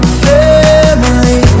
family